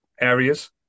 areas